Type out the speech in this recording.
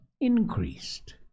increased